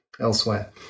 elsewhere